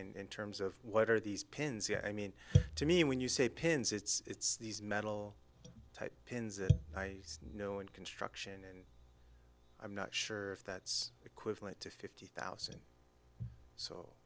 in terms of what are these pins you i mean to me when you say pins it's these metal type pins i know and construction and i'm not sure if that's equivalent to fifty thousand so